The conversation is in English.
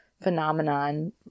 phenomenon